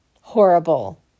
Horrible